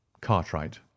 cartwright